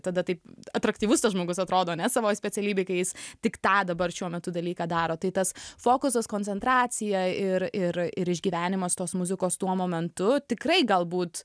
tada taip atraktyvus tas žmogus atrodo ane savo specialybėj kai jis tik tą dabar šiuo metu dalyką daro tai tas fokusas koncentracija ir ir ir išgyvenimas tos muzikos tuo momentu tikrai galbūt